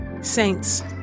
Saints